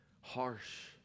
harsh